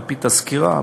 על-פי תזכירה,